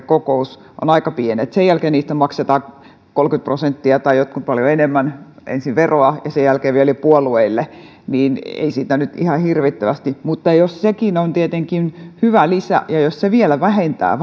kokous ovat aika pienet sen jälkeen niistä maksetaan kolmekymmentä prosenttia tai jotkut paljon enemmän ensin veroa ja sen jälkeen vielä puolueille eli ei siitä nyt ihan hirvittävästi jää mutta sekin on tietenkin hyvä lisä mutta jos se vielä vähentää